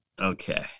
Okay